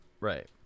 right